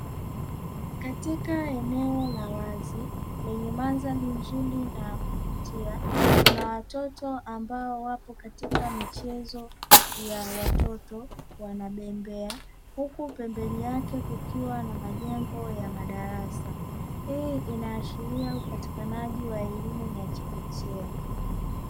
Katika eneo la wazi lenye mandhari nzuri na ya kuvutia kuna watoto ambao wapo katika michezo ya watoto wana bembea huku pembeni yake kukiwa na majengo ya madarasa, hii ina ashiria upatikanaji wa elimu ya chekechea.